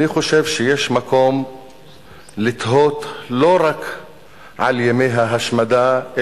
אני חושב שיש מקום לתהות לא רק על ימי ההשמדה,